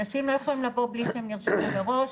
אנשים לא יכולים לבוא בלי שהם נרשמים מראש,